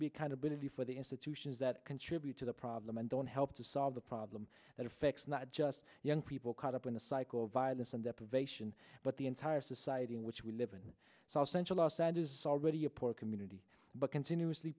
be kind ability for the institutions that contribute to the problem and don't help to solve the problem that affects not just young people caught up in the cycle of violence and deprivation but the entire society in which we live in south central los angeles is already a poor community but continuously